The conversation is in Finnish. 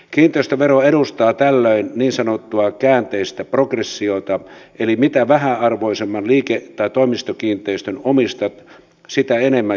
kiinteistövero edustaa tällöin niin sanottua käänteistä progressiota eli mitä vähäarvoisemman liike tai toimistokiinteistön omistat sitä enemmän joudut maksamaan veroa